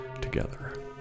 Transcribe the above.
Together